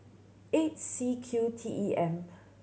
eight C Q T E M